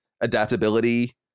adaptability